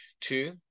Two